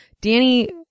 Danny